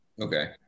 Okay